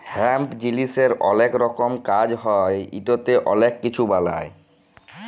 hemp জিলিসের অলেক রকমের কাজ হ্যয় ইটতে অলেক কিছু বালাই